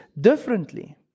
differently